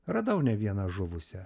radau ne vieną žuvusią